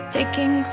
Taking